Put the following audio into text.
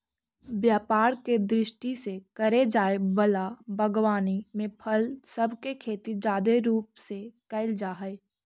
व्यापार के दृष्टि से करे जाए वला बागवानी में फल सब के खेती जादे रूप से कयल जा हई